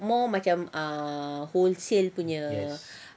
more macam wholesale punya